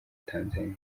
tanzaniya